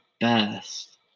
best